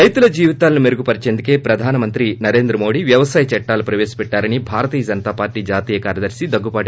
రైతుల జీవితాలను మెరుగుపరిచెందుకే ప్రధాన మంత్రి నరేంద్ర మోదీ వ్యవసాయ చట్లాలను ప్రవేశపెట్లారని భారతీయ జనతా పార్టీ జాతీయ కార్యదర్ని డి